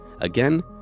Again